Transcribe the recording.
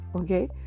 okay